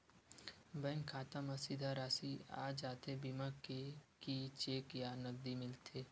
Bank खाता मा सीधा राशि आ जाथे बीमा के कि चेक या नकदी मिलथे?